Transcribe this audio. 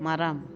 மரம்